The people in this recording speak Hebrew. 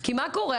כי מה קורה,